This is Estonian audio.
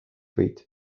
võid